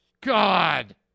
God